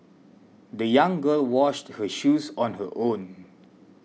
the young girl washed her shoes on her own